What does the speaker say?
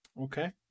Okay